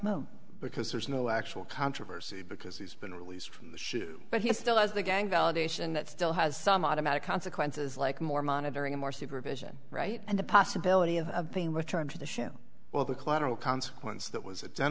there's no actual controversy because he's been released from the ship but he still has the gang validation that still has some automatic consequences like more monitoring and more supervision right and the possibility of a thing returned to the ship well the collateral consequence that was a